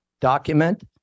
document